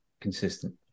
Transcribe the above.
consistent